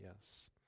yes